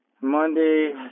Monday